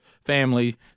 family